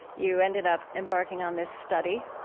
you ended up embarking on this study,